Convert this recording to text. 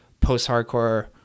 post-hardcore